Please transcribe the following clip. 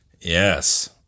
Yes